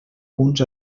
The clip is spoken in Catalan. punts